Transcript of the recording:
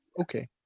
Okay